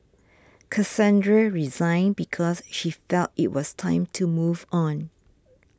Cassandra resigned because she felt it was time to move on